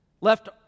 Left